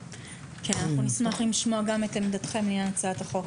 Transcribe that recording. אנחנו נשמח לשמוע גם את עמדתכם לעניין הצעת החוק.